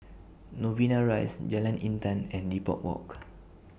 Novena Rise Jalan Intan and Depot Walk